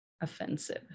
offensive